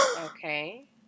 Okay